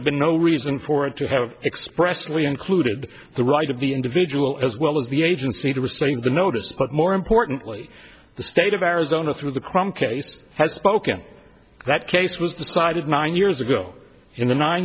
have been no reason for it to have expressly included the right of the individual as well as the agency to restrain the notice but more importantly the state of arizona through the crime case has spoken that case was decided nine years ago in the nine